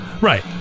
Right